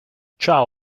ciao